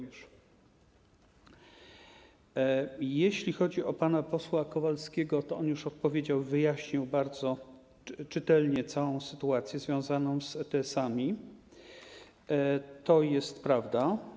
Jeśli chodzi o pana posła Kowalskiego, to on już odpowiedział, wyjaśnił bardzo czytelnie sytuację związaną z ETS-ami - to jest prawda.